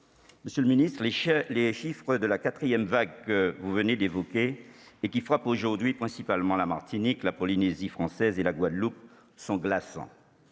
Monsieur le ministre, les chiffres de la quatrième vague, que vous venez d'évoquer et qui frappe principalement la Martinique, la Polynésie française et la Guadeloupe, sont glaçants.